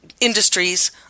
industries